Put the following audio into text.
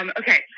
Okay